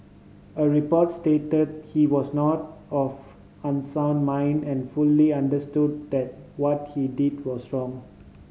a report stated he was not of unsound mind and fully understood that what he did was wrong